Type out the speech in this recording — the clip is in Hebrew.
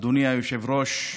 אדוני היושב-ראש,